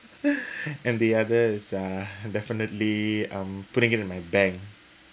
and the other is uh definitely um putting it in my bank